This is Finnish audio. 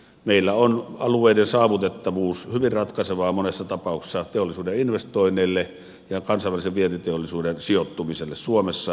meillä on alueiden saavutettavuus hyvin ratkaisevaa monessa tapauksessa teollisuuden investoinneille ja kansainvälisen vientiteollisuuden sijoittumiselle suomessa